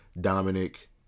Dominic